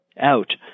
out